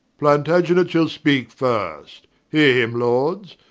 plantagenet shal speake first heare him lords,